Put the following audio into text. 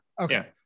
Okay